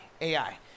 Ai